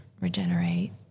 regenerate